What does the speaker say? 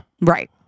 Right